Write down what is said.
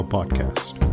Podcast